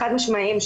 חד משמעיים,